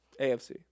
AFC